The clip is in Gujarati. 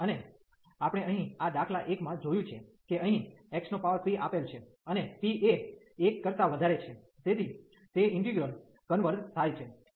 અને આપણે અહીં આ દાખલા 1 માં જોયું છે કે અહીં xp આપેલ છે અને p એ 1 કરતા વધારે છે તેથી તે ઈન્ટિગ્રલ કન્વર્ઝ થાય છે